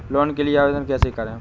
Loan के लिए आवेदन कैसे करें?